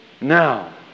Now